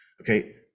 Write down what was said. Okay